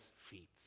feet